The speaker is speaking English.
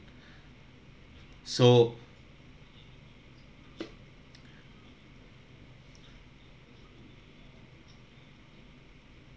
so